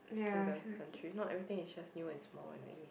to the country if not everything is just new and small and !ee!